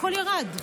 הכול ירד,